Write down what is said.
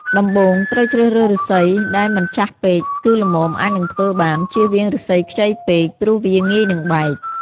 ដំបូង ត្រូវជ្រើសរើសឫស្សី ដែលមិនចាស់ពេក គឺល្មមអាចនឹងធ្វើបាន ជៀសវាងឫស្សីខ្ចីពេក ព្រោះវាងាយនិងបែក។